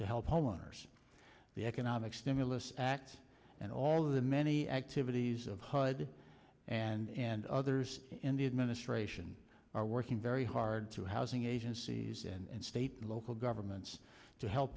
to help homeowners the economic stimulus and all of the many activities of hud and others in the administration are working very hard to housing agencies and state local governments to help